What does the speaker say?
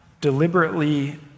deliberately